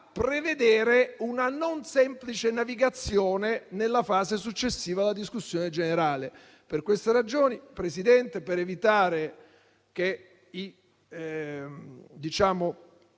prevedere una non semplice navigazione nella fase successiva alla discussione generale. Per queste ragioni, signor Presidente, per evitare che i